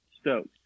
stoked